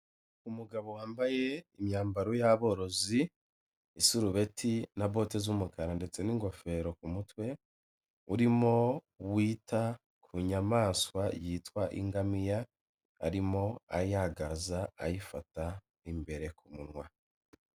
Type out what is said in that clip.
Umugabo wambaye imyambaro y'abarozi isurubeti na bote z'umukara ndetse n'ingofero ku mutwe, urimo kwita ku nyamaswa yitwa ingamiya, arimo ayagaza ayifata imbere ku munwa.